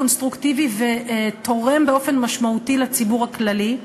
קונסטרוקטיבי ותורם באופן משמעותי לציבור הכללי,